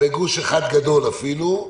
בגוש אחד גדול אפילו.